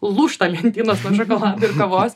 lūžta lentynos nuo šokolado ir kavos